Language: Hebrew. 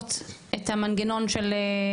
לשפות את המנגנון של גופים,